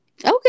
Okay